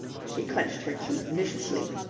she clenched her teeth viciously.